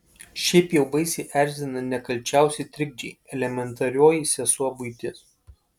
šiaip jau baisiai erzina nekalčiausi trikdžiai elementarioji sesuo buitis